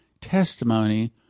testimony